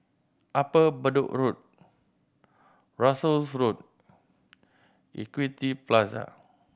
Upper Bedok Road Russels Road Equity Plaza